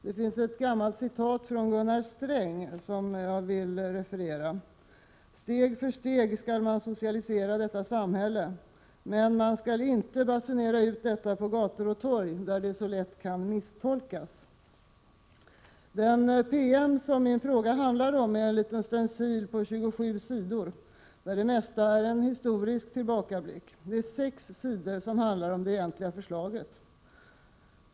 Det finns ett gammalt citat från Gunnar Sträng som jag vill läsa upp. ”Steg för steg skall man socialisera detta samhälle. Men man skall inte basunera ut detta på gator och torg där det så lätt kan misstolkas.” Den PM som min fråga handlar om är en liten stencil på 27 sidor. Det mesta i den är en historisk tillbakablick. Sex sidor handlar om det egentliga förslaget.